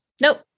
Nope